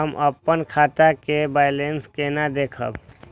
हम अपन खाता के बैलेंस केना देखब?